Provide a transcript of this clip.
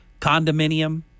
condominium